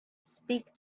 speak